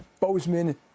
Bozeman